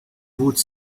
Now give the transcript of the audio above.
would